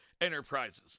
enterprises